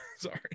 Sorry